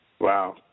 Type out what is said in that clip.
Wow